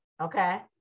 okay